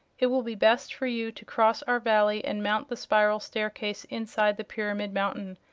it will be best for you to cross our valley and mount the spiral staircase inside the pyramid mountain.